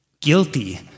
guilty